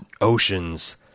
oceans